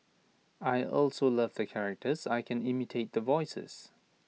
I also love the characters I can imitate the voices